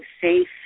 safe